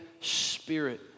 Spirit